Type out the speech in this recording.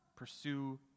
Pursue